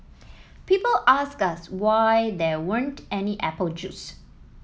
people asked us why there weren't any apple juice